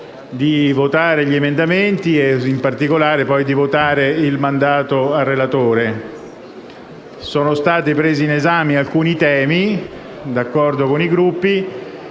di votare gli emendamenti e in particolare di votare il mandato al relatore. Sono stati presi in esame alcuni temi, d'accordo con i Gruppi,